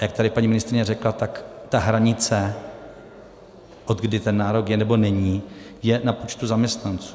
A jak tady paní ministryně řekla, tak ta hranice, odkdy ten nárok je, nebo není, je na počtu zaměstnanců.